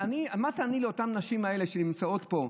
מה תעני לאותן הנשים האלה שנמצאות פה,